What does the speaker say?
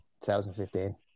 2015